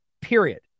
period